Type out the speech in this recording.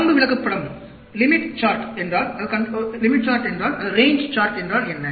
வரம்பு விளக்கப்படம் என்றால் என்ன